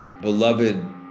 beloved